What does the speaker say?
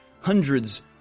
hundreds